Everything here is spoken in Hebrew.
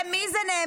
על ידי מי זה נאמר?